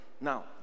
Now